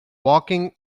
walking